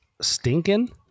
Stinking